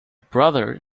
brother